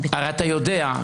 הרי אתה יודע,